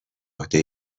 عهده